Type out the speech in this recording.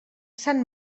sant